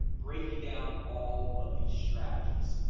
breaking down all of these strategies.